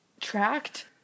tracked